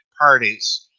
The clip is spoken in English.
parties